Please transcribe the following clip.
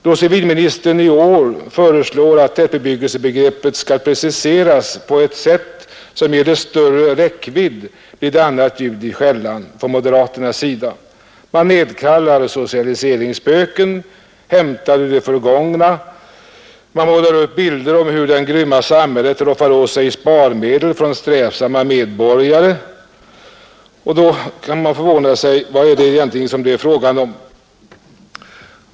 Då civilministern i år föreslår att tätbebyggelsebegreppet skall preciseras på ett sätt som ger det större räckvidd blir det annat ljud i skällan från moderaternas sida. Man nedkallar socialiseringsspöken, hämtade ur det förgångna, man målar upp bilder av hur det grymma samhället roffar åt sig sparmedel från strävsamma medborgare. Vad är det egentligen fråga om?